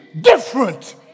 different